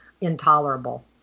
intolerable